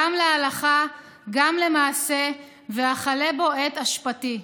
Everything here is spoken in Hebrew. גם להלכה, גם למעשה, ואכלה בו את אשפתי.